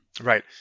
Right